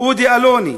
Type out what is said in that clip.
אודי אלוני,